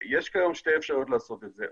כיום יש שתי אפשרויות לעשות את זה,